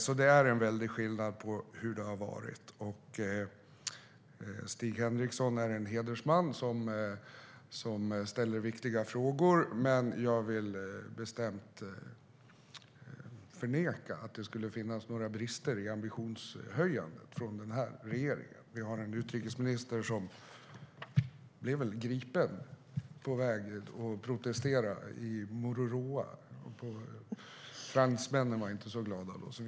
Det är alltså en väldig skillnad mot hur det har varit. Stig Henriksson är en hedersman som ställer viktiga frågor. Men jag vill bestämt förneka att det skulle finnas några brister i ambitionshöjandet från den här regeringen. Vi har en utrikesminister som väl blev gripen på väg mot en protest i Mururoa. Fransmännen var inte särskilt glada då.